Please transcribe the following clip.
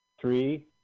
Three